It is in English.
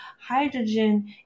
hydrogen